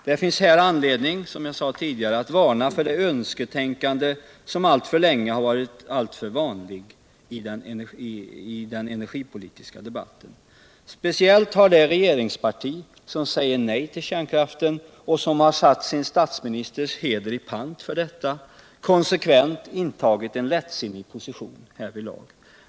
Det finns här - som jag sade tidigare —- anledning att varna för det önsketänkande som alltför länge har varit alltför vanligt i den energipolitiska debatten. Speciellt har det regeringsparti som säger nej till kärnkraften och som har satt Sin statsministers heder i pant för detta konsekvent intagit en lättsinnig position härvidlag.